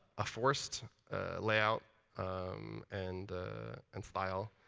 a forced layout and and style.